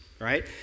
right